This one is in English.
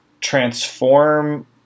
transform